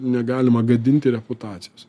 negalima gadinti reputacijos